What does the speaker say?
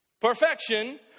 perfection